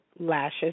Lashes